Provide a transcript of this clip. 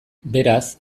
beraz